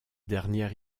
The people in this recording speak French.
dernière